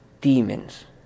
demons